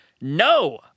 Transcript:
No